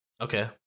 Okay